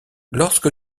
lorsque